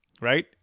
right